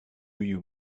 you